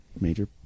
major